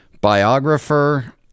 biographer